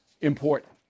important